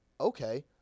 Okay